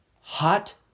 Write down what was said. hot